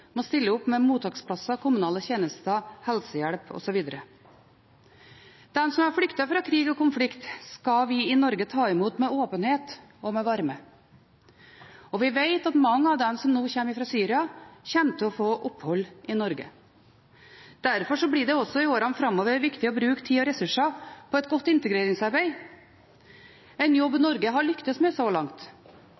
stille opp med mottaksplasser, kommunale tjenester, helsehjelp osv. De som har flyktet fra krig og konflikt, skal vi i Norge ta imot med åpenhet og med varme. Vi vet at mange av dem som nå kommer fra Syria, kommer til å få opphold i Norge. Derfor blir det også i årene framover viktig å bruke tid og ressurser på et godt integreringsarbeid – en jobb Norge har lyktes med så langt.